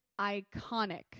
iconic